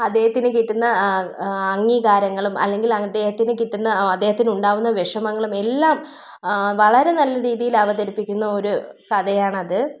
അദ്ദേഹത്തിന് കിട്ടുന്ന അംഗീകാരങ്ങളും അല്ലെങ്കിൽ അദ്ദേഹത്തിന് കിട്ടുന്ന അദ്ദേഹത്തിനുണ്ടാകുന്ന വിഷമങ്ങളും എല്ലാം വളരെ നല്ല രീതിയിൽ അവതരിപ്പിക്കുന്ന ഒരു കഥയാണത്